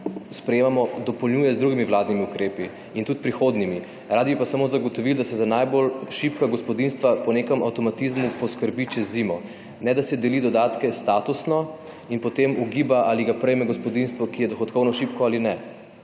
sprejemamo, dopolnjuje z drugimi vladnimi ukrepi in tudi prihodnjimi. Radi bi pa samo zagotovili, da se za najbolj šibka gospodinjstva po nekem avtomatizmu poskrbi čez zimo, ne da se doli dodatke statusno, in potem ugiba, ali ga prejme gospodinjstvo, ki je dohodkovno šibko ali ne.